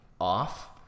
off